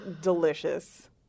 delicious